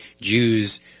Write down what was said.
Jews